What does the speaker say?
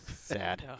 sad